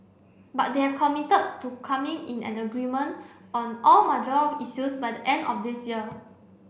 but they have committed to coming in an agreement on all major issues by the end of this year